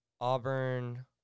Auburn